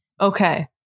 Okay